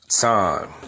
Time